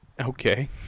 Okay